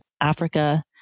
Africa